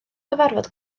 cyfarfod